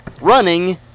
running